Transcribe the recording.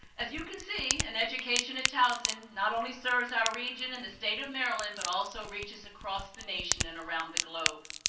as you can see, an education at towson not only serves our region and the state of maryland, but also reaches across the nation and around the globe.